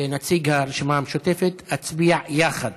כנציג הרשימה המשותפת, אצביע יחד